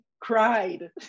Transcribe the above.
cried